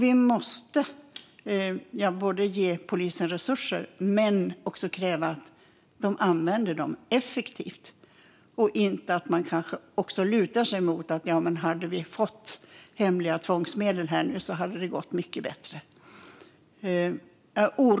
Vi måste ge polisen resurser men också kräva att man använder dem effektivt och inte lutar sig mot att "om vi hade haft hemliga tvångsmedel hade det gått mycket bättre".